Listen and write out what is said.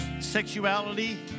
sexuality